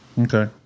Okay